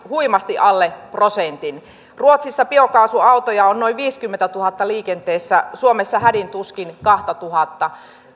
huimasti alle prosentin ruotsissa biokaasuautoja on noin viidessäkymmenessätuhannessa liikenteessä suomessa hädin tuskin kahtatuhatta